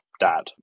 dad